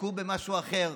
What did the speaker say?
תתעסקו במשהו אחר,